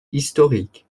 historiques